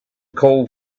call